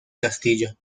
castillo